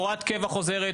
הוראת קבע חוזרת,